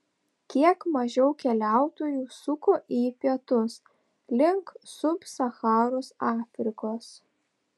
kiek mažiau keliautojų suko į pietus link sub sacharos afrikos